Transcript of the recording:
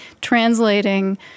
translating